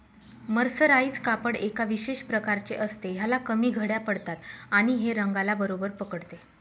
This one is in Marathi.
मर्सराइज कापड एका विशेष प्रकारचे असते, ह्याला कमी घड्या पडतात आणि हे रंगाला बरोबर पकडते